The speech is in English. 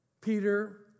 Peter